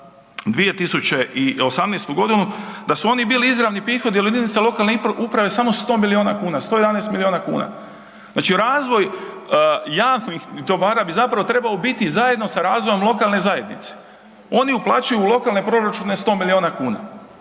2018. godinu, da su oni bili izravni prihodi il jedinica lokalne uprave samo 100 miliona kuna 111 miliona kuna. Znači razvoj javnih dobara bi zapravo trebao biti zajedno sa razvojem lokalne zajednice. Oni uplaćuju u lokalne proračune 100 miliona kuna.